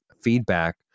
feedback